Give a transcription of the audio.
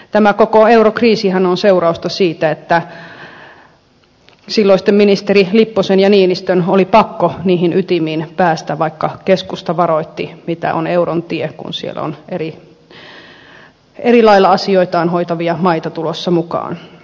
tämä koko eurokriisihän on seurausta siitä että silloisten ministe rien lipposen ja niinistön oli pakko niihin ytimiin päästä vaikka keskusta varoitti mikä on euron tie kun siellä on eri lailla asioitaan hoitavia maita tulossa mukaan